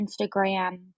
Instagram